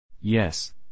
Yes